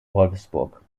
wolfsburg